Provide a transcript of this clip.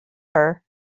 her